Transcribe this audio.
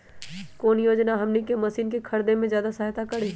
कौन योजना हमनी के मशीन के खरीद में ज्यादा सहायता करी?